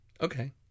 Okay